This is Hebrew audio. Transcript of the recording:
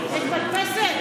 ואני שמח שהצטרפתם.